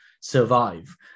survive